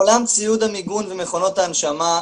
עולם ציוד המיגון ומכונות ההנשמה,